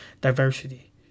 Diversity